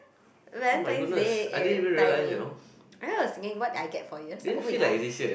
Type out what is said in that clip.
Valentine's Day eh wait timing I was thinking what did I get for you then I was like oh ya